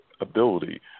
ability